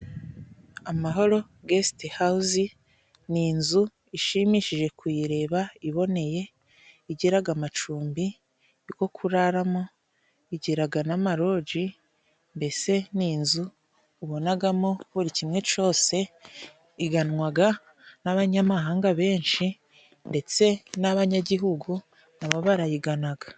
Amahoro Guest House ni inzu ishimishije kuyireba, iboneye igiraga amacumbi go kuraramo igiraga n'amaroji, mbese ni inzu ubonagamo buri kimwe cose. Iganwaga n'abanyamahanga benshi ndetse n'abanyagihugu na bo barayiganaga.